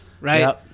right